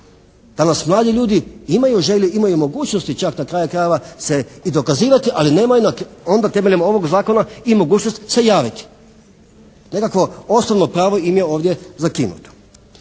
Danas mladi ljudi imaju želju, imaju mogućnosti čak na kraju krajeva se i dokazivati ali nemaju na, onda temeljem ovog zakona i mogućnost se javiti. Nekakvo osnovno pravo im je ovdje zakinuto.